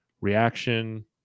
reaction